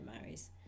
marries